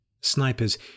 Snipers